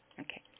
Okay